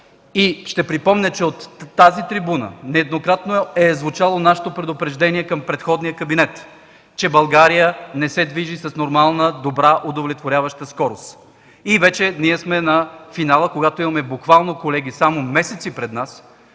Ще припомня, че от тази трибуна нееднократно е звучало нашето предупреждение към предходния кабинет, че България не се движи с нормална, добра, удовлетворяваща скорост. Вече сме на финала, когато имаме буквално само месеци пред нас,